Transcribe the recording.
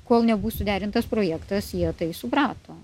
kol nebus suderintas projektas jie tai suprato